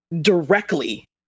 directly